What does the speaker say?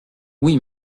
oui